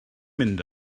mynd